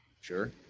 Sure